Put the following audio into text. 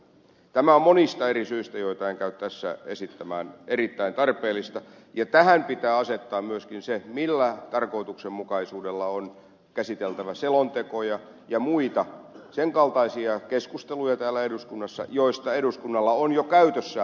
tämä on monista eri syistä joita en käy tässä esittämään erittäin tarpeellista ja tähän pitää asettaa myöskin se millä tarkoituksenmukaisuudella on käsiteltävä täällä eduskunnassa selontekoja ja muita sen kaltaisia keskusteluja joista eduskunnalla on jo käytössään muun muassa tämä ajankohtaiskeskustelu